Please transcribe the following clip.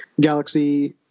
galaxy